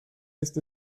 ist